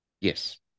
Yes